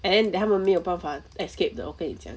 and then 他们没有办法 escaped 的我跟你讲